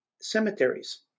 cemeteries